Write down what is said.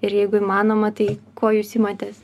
ir jeigu įmanoma tai kuo jūs imatės